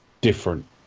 different